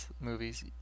movies